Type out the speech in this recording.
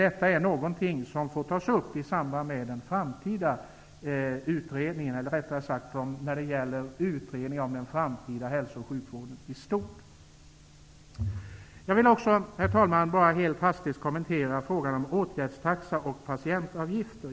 Detta är någonting som får tas upp i samband med utredningen om den framtida hälso och sjukvården i stort. Jag vill också, herr talman, helt hastigt kommentera frågan om åtgärdstaxa och patientavgifter.